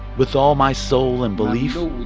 with all my soul and belief,